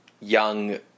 young